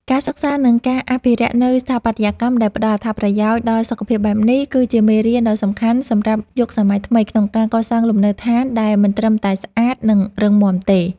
ការសិក្សា និងការអភិរក្សនូវស្ថាបត្យកម្មដែលផ្តល់អត្ថប្រយោជន៍ដល់សុខភាពបែបនេះ គឺជាមេរៀនដ៏សំខាន់សម្រាប់យុគសម័យថ្មី ក្នុងការកសាងលំនៅដ្ឋានដែលមិនត្រឹមតែស្អាត និងរឹងមាំទេ។